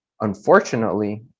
Unfortunately